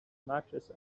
matches